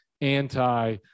anti